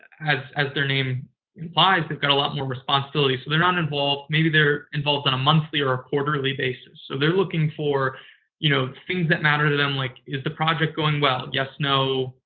as as their name implies, they've got a lot more responsibility. so, they're not involved. maybe they're involved on a monthly or a quarterly basis. so, they're looking for you know things that matter to them, like is the project going well, yes, no,